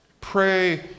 pray